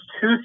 two